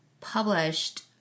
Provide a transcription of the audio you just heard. published